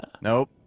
Nope